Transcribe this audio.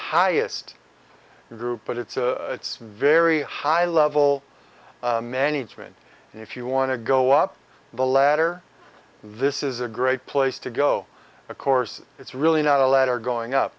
highest group but it's a it's very high level management and if you want to go up the ladder this is a great place to go of course it's really not a ladder going up